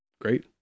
great